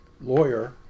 lawyer